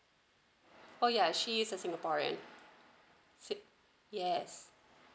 oh ya she is a singaporean ci~ yes